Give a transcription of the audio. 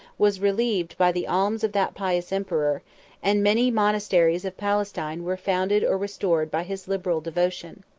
was relieved by the alms of that pious emperor and many monasteries of palestine were founded or restored by his liberal devotion.